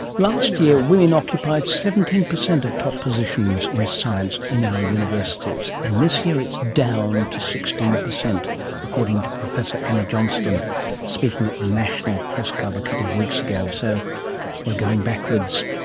last year women occupied seventeen percent of top positions in science in our universities. and this year it's down to sixteen percent according to professor emma johnston speaking at the national press club a couple of weeks ago. so we're going backwards.